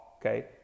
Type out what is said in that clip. Okay